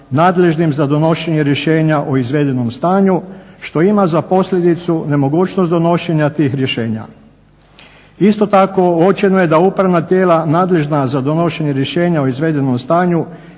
nadležnim za donošenje rješenja o izvedenom stanju što ima za posljedicu nemogućnost donošenja tih rješenja. Isto tako, uočeno je da upravna tijela nadležna za donošenje rješenja o izvedenom stanju